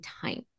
time